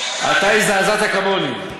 אתה הזדעזעת כמוני.